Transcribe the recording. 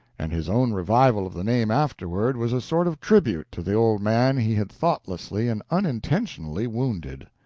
and his own revival of the name afterward was a sort of tribute to the old man he had thoughtlessly and unintentionally wounded.